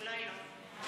אולי לא?